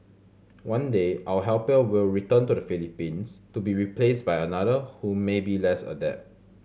one day our helper will return to the Philippines to be replaced by another who may be less adept